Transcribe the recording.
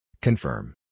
Confirm